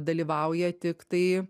dalyvauja tiktai